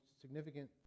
significant